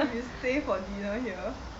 if you stay for dinner here